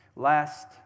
Last